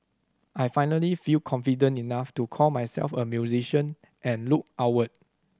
I finally feel confident enough to call myself a musician and look outward